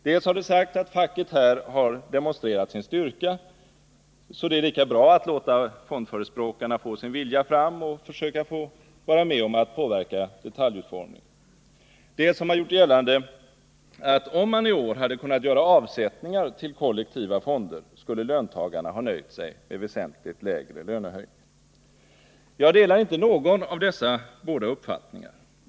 Dels har det sagts att facket här har demonstrerat sin styrka och att det därför är lika bra att låta fondförespråkarna få sin vilja fram och försöka få vara med om att påverka detaljutformningen. Dels har man gjort gällande, att om det i år hade kunnat göras avsättningar till kollektiva fonder, skulle löntagarna ha nöjt sig med väsentligt lägre lönehöjningar. Jag delar inte någon av dessa båda uppfattningar.